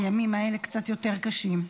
הימים האלה קצת יותר קשים.